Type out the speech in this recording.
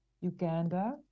Uganda